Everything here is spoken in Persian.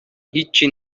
هیچی